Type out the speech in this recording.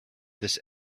this